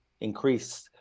increase